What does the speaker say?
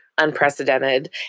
unprecedented